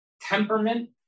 temperament